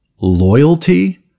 loyalty